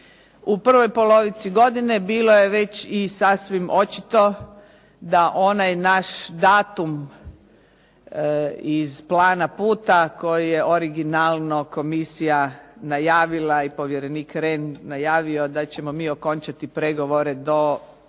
U prvoj polovici godine bilo je već i sasvim očito da onaj naš datum iz plana puta koji je originalno komisija najavila i povjerenik Rehn najavio da ćemo mi okončati pregovore do